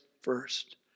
first